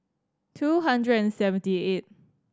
two hundred and seventy eight